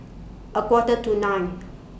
A Quarter to nine